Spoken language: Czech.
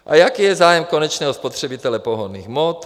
A jaký je zájem konečného spotřebitele pohonných hmot?